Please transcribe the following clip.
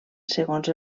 segons